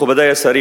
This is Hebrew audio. מכובדי השרים,